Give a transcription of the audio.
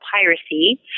piracy